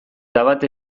bat